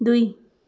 दुई